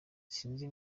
sinzi